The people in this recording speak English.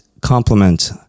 complement